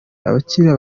abakiriya